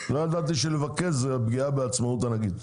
לא ידעתי שלבקש זאת פגיעה בעצמאות הנגיד.